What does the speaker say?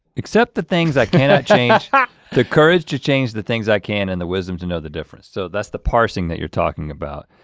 accept the things i cannot change ah the courage to change the things i can and the wisdom to know the difference. so that's the parsing that you're talking about.